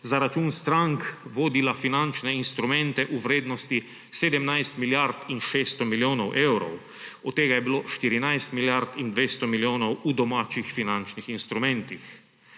za račun strank vodila finančne instrumente v vrednosti 17 milijard in 600 milijonov evrov. Od tega je bilo 14 milijard in 200 milijonov v domačih finančnih instrumentih.